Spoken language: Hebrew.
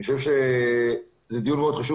אני חושב שזה דיון חשוב מאוד,